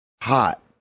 hot